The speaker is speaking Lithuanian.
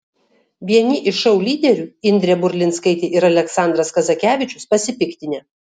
vieni iš šou lyderių indrė burlinskaitė ir aleksandras kazakevičius pasipiktinę